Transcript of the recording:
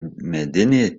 medinė